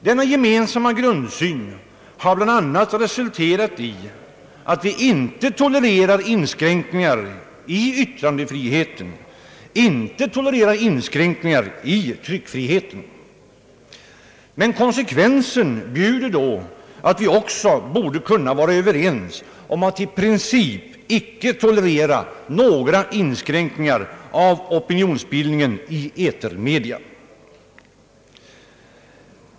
Denna gemensamma grundsyn har bl.a. resulterat i att vi inte tolererar inskränkningar i yttrandefriheten och tryckfriheten, men konsekvensen bjuder då att vi även borde kunna vara överens om att i princip icke tolerera några inskränkningar av opinionsbildningen i etermedia.